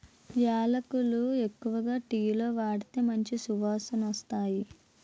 యాలకులు ఎక్కువగా టీలో వాడితే మంచి సువాసనొస్తాయి